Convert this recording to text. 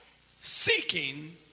seeking